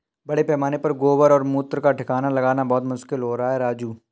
बड़े पैमाने पर गोबर और मूत्र का ठिकाना लगाना बहुत मुश्किल हो रहा है राजू